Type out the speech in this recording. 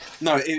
no